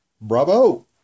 Bravo